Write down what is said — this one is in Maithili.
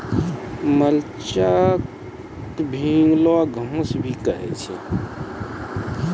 मल्च क भींगलो घास भी कहै छै